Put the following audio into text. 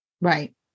Right